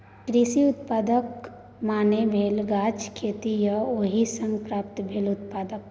कृषि उत्पादक माने भेल गाछक खेती आ ओहि सँ प्राप्त भेल उत्पाद